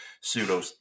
pseudo